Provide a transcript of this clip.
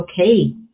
okay